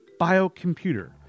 biocomputer